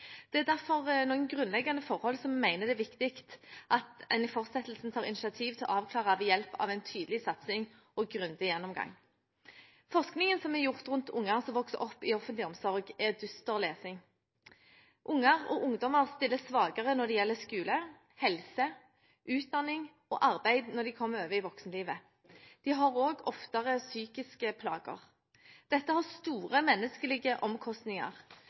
Det er derfor noen grunnleggende forhold som vi mener det er viktig at en i fortsettelsen tar initiativ til å avklare ved hjelp av en tydelig satsing og grundig gjennomgang. Forskningen som er gjort rundt barn som vokser opp under offentlig omsorg, er dyster lesing. Barna og ungdommene stiller svakere når det gjelder skole, helse, utdanning og arbeid når de kommer over i voksenlivet. De har også oftere psykiske plager. Dette har store menneskelige omkostninger.